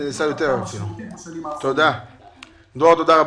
שזה בסופו של דבר כוונתו המקורית של החוק והעידוד של אזורים מרוחקים,